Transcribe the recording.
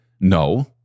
no